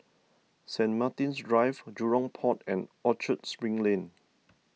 St Martin's Drive Jurong Port and Orchard Spring Lane